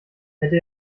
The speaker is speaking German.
hätte